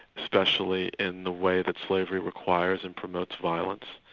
especially in the way that slavery requires and promotes violence,